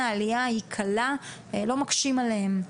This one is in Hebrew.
העלייה היא קלה ולא מקשים עליהם.